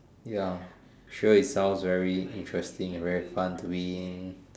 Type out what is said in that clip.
ya sure it sounds very interesting and very fun to be in